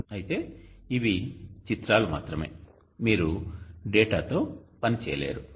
అయితే ఇవి చిత్రాలు మాత్రమే మీరు డేటాతో పనిచేయలేరు